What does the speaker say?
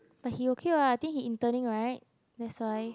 but he okay [what] I think he interning [right] that's why